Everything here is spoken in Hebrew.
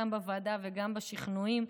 גם בוועדה וגם בשכנועים,